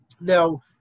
Now